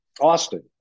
Austin